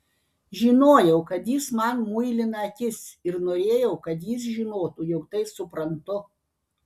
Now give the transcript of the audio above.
žinojau kad jis man muilina akis ir norėjau kad jis žinotų jog tai suprantu